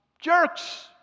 jerks